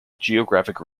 geographic